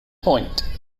point